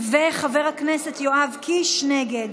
חבר הכנסת יואב קיש, נגד.